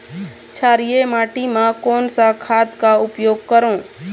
क्षारीय माटी मा कोन सा खाद का उपयोग करों?